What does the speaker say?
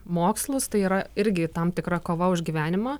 mokslus tai yra irgi tam tikra kova už gyvenimą